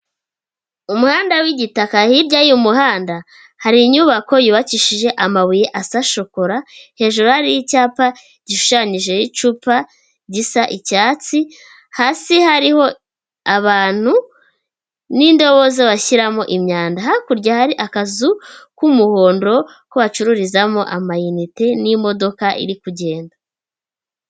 Umuhanda w'igitaka hirya y'umuhanda hari inyubako yubakishije amabuye asa shokora, hejuru hariyo icyapa gishushanyijeho icupa gisa icyatsi, hasi hariho abantu n'indobo bashyiramo imyanda, hakurya hari akazu k'umuhondo ko bacururizamo amayinite n'imodoka iri kugenda.